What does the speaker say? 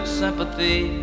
sympathy